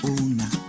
una